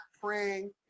praying